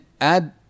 add